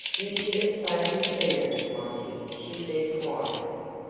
you should have spoken sooner, monty, she said quietly.